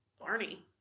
Barney